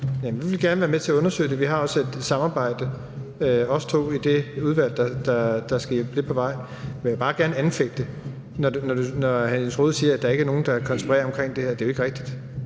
vi vil gerne være med til at undersøge det. Vi har også et samarbejde, os to, i det udvalg, der skal hjælpe lidt på vej. Men jeg vil bare gerne anfægte, når hr. Jens Rohde siger, at der ikke er nogen, der konspirerer omkring det her: Det er jo ikke rigtigt.